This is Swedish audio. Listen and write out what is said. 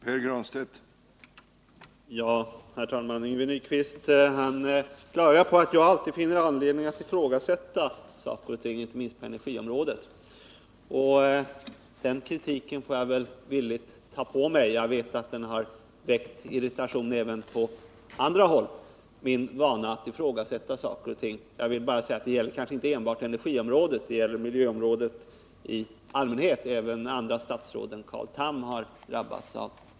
Herr talman! Yngve Nyquist klagar på att jag alltid finner anledning att ifrågasätta saker och ting, inte minst på energiområdet. Den kritiken får jag väl ta emot. Jag vet att min vana att ifrågasätta saker och ting har väckt irritation även på andra håll. Det gäller inte bara energiområdet — det gäller miljöområdet i allmänhet. Även andra statsråd än Carl Tham har drabbats därav.